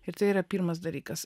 ir tai yra pirmas dalykas